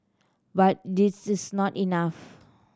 but it is not enough